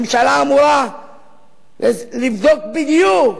ממשלה אמורה לבדוק בדיוק